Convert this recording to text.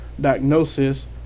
diagnosis